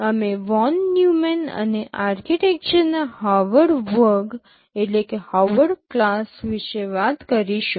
અમે von Neumann અને આર્કિટેક્ચર્સના હાર્વર્ડ વર્ગ વિશે વાત કરીશું